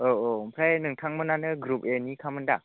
औ औ ओमफ्राइ नोंथांमोनानो ग्रुप एनि खामोन दा